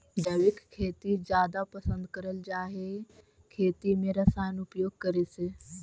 जैविक खेती जादा पसंद करल जा हे खेती में रसायन उपयोग करे से